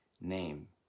name